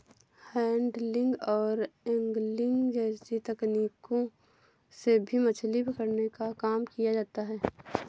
handling और angling जैसी तकनीकों से भी मछली पकड़ने का काम किया जाता है